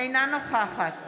אינה נוכחת